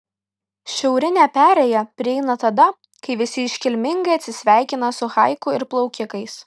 šiaurinę perėją prieina tada kai visi iškilmingai atsisveikina su haiku ir plaukikais